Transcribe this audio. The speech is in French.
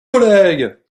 collègues